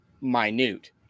minute